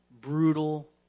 brutal